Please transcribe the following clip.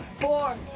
four